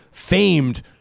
famed